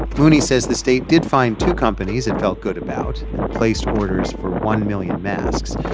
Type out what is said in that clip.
mooney says the state did find two companies it felt good about and placed orders for one million masks.